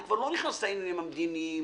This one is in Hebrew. אני כבר לא נכנס לעניינים המדיניים,